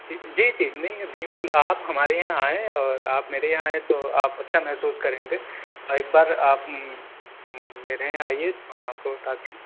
جی جی نہیں بالکل آپ ہمارے یہاں آئیں اور آپ میرے یہاں آئیں تو آپ اچھا محسوس کریں گے ایک بار آپ میرے یہاں آئیے تو ہم آپ کو بتاتے ہیں